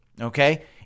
okay